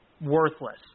worthless